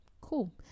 cool